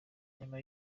nyuma